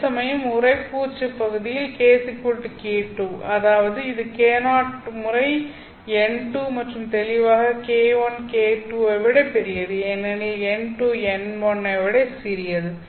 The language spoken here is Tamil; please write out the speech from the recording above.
அதேசமயம் உறை பூச்சு பகுதியில் k k2 அதாவது இது k0 முறை n2 மற்றும் தெளிவாக k1 k2 ஐ விட பெரியது ஏனெனில் n2 n1 ஐ விட சிறியது